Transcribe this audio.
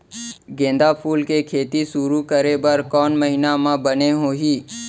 गेंदा फूल के खेती शुरू करे बर कौन महीना मा बने होही?